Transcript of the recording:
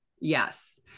Yes